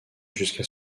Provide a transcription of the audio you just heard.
jusqu’à